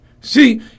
See